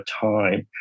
time